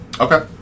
Okay